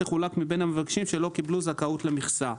תחלק מבין המבקשים שלא קיבלו זכאות למכסה.